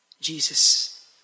Jesus